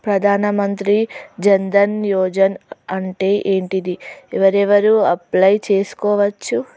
ప్రధాన మంత్రి జన్ ధన్ యోజన అంటే ఏంటిది? ఎవరెవరు అప్లయ్ చేస్కోవచ్చు?